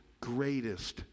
greatest